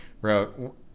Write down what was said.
wrote